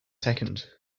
second